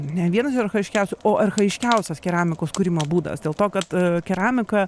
ne vienas iš archajiškiausių o archajiškiausias keramikos kūrimo būdas dėl to kad keramika